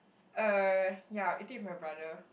err yeah I will eat it with my brother